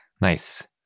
Nice